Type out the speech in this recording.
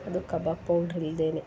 ಅದು ಕಬಾಬ್ ಪೌಡ್ರ್ ಇಲ್ದೇ